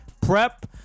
prep